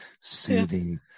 soothing